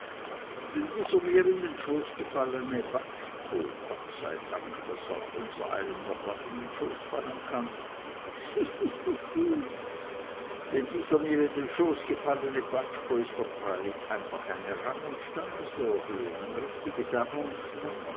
dieser mir in den schoß gefallene baczko gott sei dank daß auch unsereinem noch was in den schoß fallen kann hihi denn dieser mir in den schoß gefallene baczko ist doch einfach eine rang und standeserhöhung ein richtiges